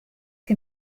que